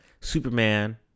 Superman